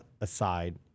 aside